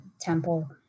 Temple